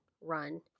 run